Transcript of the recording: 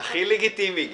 הכי לגיטימי גם.